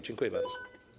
Dziękuję bardzo.